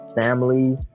family